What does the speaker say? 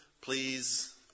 please